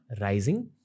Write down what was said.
rising